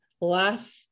Laugh